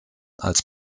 als